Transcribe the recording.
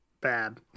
bad